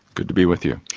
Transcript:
good to be with you.